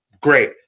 great